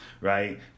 right